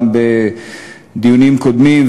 גם בדיונים קודמים,